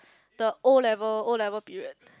the O-level O-level period